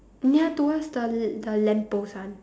near towards the l~ the lamp post one